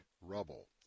rubble